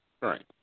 Right